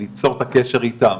ליצור את הקשר איתם.